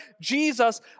Jesus